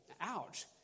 Ouch